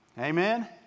Amen